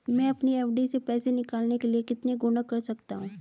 मैं अपनी एफ.डी से पैसे निकालने के लिए कितने गुणक कर सकता हूँ?